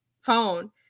phone